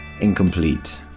incomplete